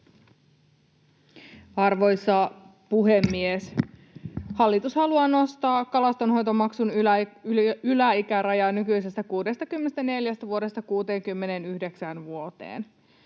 Arvoisa puhemies! Hallitus haluaa nostaa kalastonhoitomaksun yläikärajaa nykyisestä 64 vuodesta 69 vuoteen.